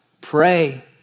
pray